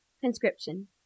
conscription